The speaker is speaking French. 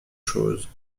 choses